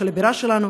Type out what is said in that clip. של הבירה שלנו.